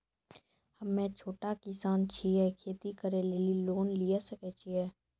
हम्मे छोटा किसान छियै, खेती करे लेली लोन लिये सकय छियै?